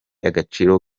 agaciro